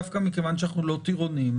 דווקא מכיוון שאנחנו לא טירונים,